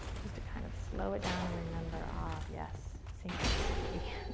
just to kind of slow it down and remember, ah, yes, synchronicity.